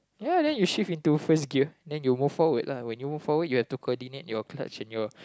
ya then you shift into first gear then you move forward lah when you move forward you have to coordinate your clutch and your